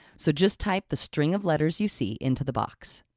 so just type the string of letters you see into the box.